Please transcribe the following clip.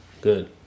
Good